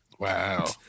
Wow